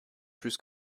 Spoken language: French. plus